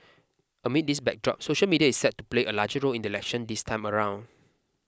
amid this backdrop social media is set to play a larger role in the election this time around